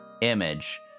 image